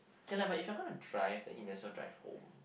okay lah if you're gonna drive then might as well drive home